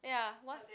ya what